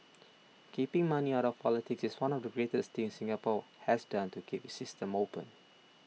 keeping money out of politics is one of the greatest things Singapore has done to keep its system open